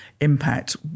impact